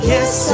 Yes